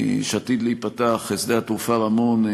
שעתיד להיפתח, שדה התעופה רמון,